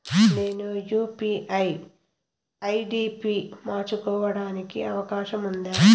నేను UPI ID పి మార్చుకోవడానికి అవకాశం ఉందా?